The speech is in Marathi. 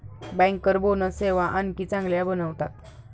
बँकर बोनस सेवा आणखी चांगल्या बनवतात